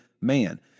man